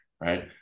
right